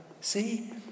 See